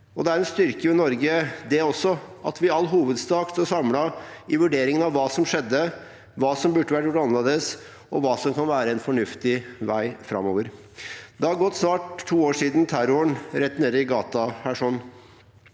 Det er en styrke ved Norge at vi i all hovedsak også står samlet i vurderingen av hva som skjedde, hva som burde vært gjort annerledes, og hva som kan være en fornuftig vei framover. Det har gått snart to år siden terroren rett nede i gata